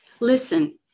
Listen